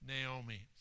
Naomi